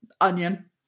onion